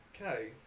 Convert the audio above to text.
Okay